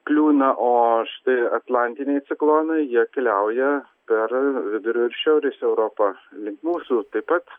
kliūna o štai atlantiniai ciklonai jie keliauja per vidurio ir šiaurės europą link mūsų taip pat